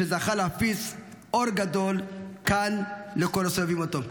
זכה להפיץ אור גדול כאן לכל הסובבים אותו.